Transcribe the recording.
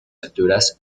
alturas